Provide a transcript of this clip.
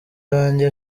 iwanjye